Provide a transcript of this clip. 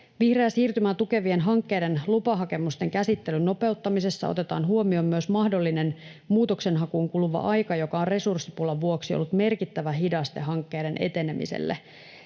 Vihreää siirtymää tukevien hankkeiden lupahakemusten käsittelyn nopeuttamisessa otetaan huomioon myös mahdollinen muutoksenhakuun kuluva aika, joka on resurssipulan vuoksi ollut merkittävä hidaste hankkeiden etenemiselle.